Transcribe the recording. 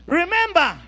remember